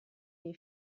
dei